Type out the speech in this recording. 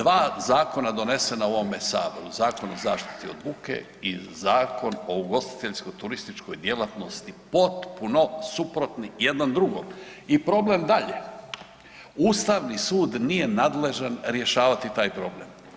Dva zakona donesena u ovome Saboru Zakon o zaštiti od buke i Zakon o ugostiteljsko-turističkoj djelatnosti potpuno suprotni jedno drugom i problem dalje, Ustavni sud nije nadležan rješavati taj problem.